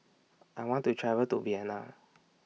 I want to travel to Vienna